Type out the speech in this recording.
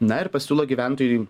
na ir pasiūlo gyventojui